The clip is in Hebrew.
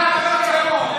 לא רק על טרור,